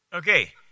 Okay